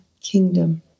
kingdom